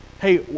Hey